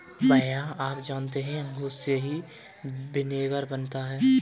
भैया आप जानते हैं अंगूर से ही विनेगर बनता है